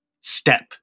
step